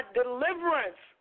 deliverance